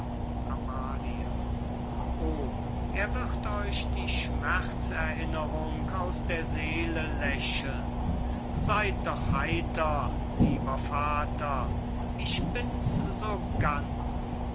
amalia oh er wird euch die schmerz erinnerung aus der seele lächeln seyd doch heiter lieber vater ich bin's so ganz